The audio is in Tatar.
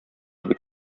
бик